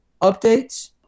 updates